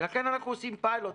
ולכן אנחנו עושים פיילוט.